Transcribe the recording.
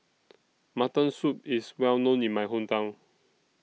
Mutton Soup IS Well known in My Hometown